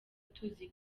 tuzi